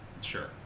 Sure